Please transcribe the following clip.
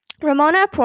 Ramona